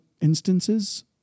instances